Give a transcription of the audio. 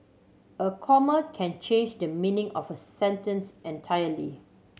a comma can change the meaning of a sentence entirely